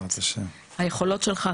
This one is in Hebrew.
היכולות שלך,